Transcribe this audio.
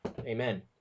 Amen